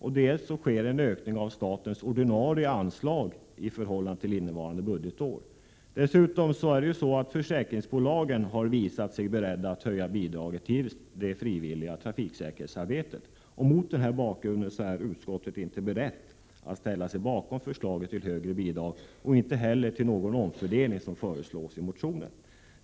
Det sker också en ökning av statens ordinarie anslag i förhållande till innevarande budgetår. Försäkringsbolagen har dessutom visat sig beredda att höja bidraget till det frivilliga trafiksäkerhetsarbetet. Mot den bakgrunden är utskottet inte berett att ställa sig bakom förslaget till högre bidrag, och inte heller till någon omfördelning som föreslås i motionen.